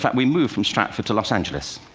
but we moved from stratford to los angeles.